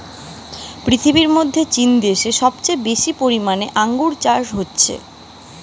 পৃথিবীর মধ্যে চীন দ্যাশে সবচেয়ে বেশি পরিমানে আঙ্গুর চাষ হতিছে